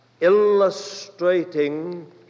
illustrating